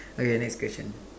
okay next question